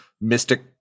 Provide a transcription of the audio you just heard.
mystic